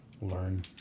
learn